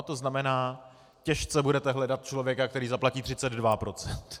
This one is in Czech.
To znamená, těžce budete hledat člověka, který zaplatí 32 procent.